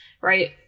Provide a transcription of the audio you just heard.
right